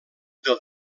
del